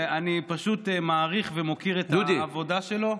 ואני פשוט מעריך ומוקיר את העבודה שלו.